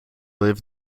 live